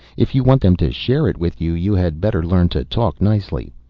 if you want them to share it with you, you had better learn to talk nicely.